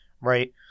right